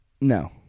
No